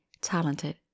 talented